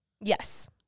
Yes